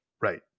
Right